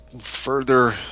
further